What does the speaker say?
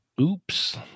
oops